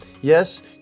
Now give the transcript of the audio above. Yes